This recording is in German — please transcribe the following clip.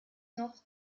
noch